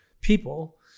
people